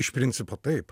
iš principo taip